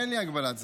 אין לי הגבלת זמן.